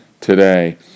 today